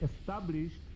established